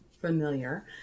familiar